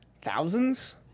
thousands